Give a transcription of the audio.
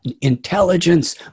intelligence